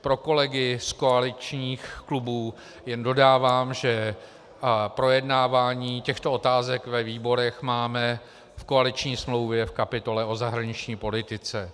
Pro kolegy z koaličních klubů jen dodávám, že projednávání těchto otázek ve výborech máme v koaliční smlouvě o zahraniční politice.